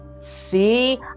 See